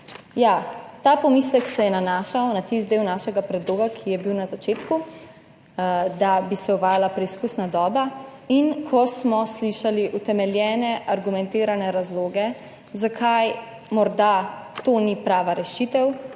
ta pomislek se je nanašal na tisti del našega predloga, ki je bil na začetku, da bi se uvajala preizkusna doba. Ko smo slišali utemeljene, argumentirane razloge, zakaj morda to ni prava rešitev,